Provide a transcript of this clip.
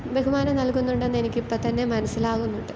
ബഹുമാനം നൽകുന്നുണ്ടെന്ന് എനിക്ക് ഇപ്പം തന്നെ മനസ്സിലാകുന്നുണ്ട്